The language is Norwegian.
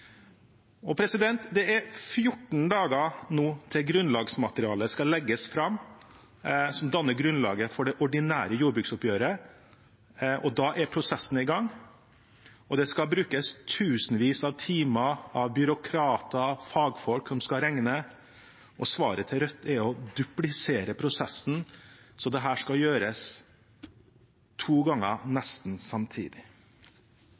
Det er 14 dager til grunnlagsmaterialet som danner grunnlaget for det ordinære jordbruksoppgjøret, skal legges fram. Da er prosessen i gang, og byråkrater og fagfolk skal bruke tusenvis av timer til å regne. Rødts svar er å duplisere prosessen så dette skal gjøres to